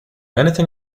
anything